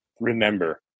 remember